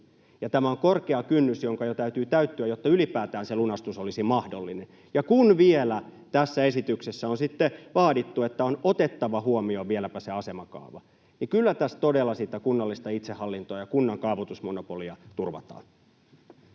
Tämä on korkea kynnys, jonka jo täytyy täyttyä, jotta ylipäätään se lunastus olisi mahdollinen. Kun vielä tässä esityksessä on sitten vaadittu, että on otettava huomioon vieläpä se asemakaava, niin kyllä tässä todella sitä kunnallista itsehallintoa ja kunnan kaavoitusmonopolia turvataan.